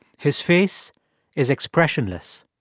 his face is expressionless,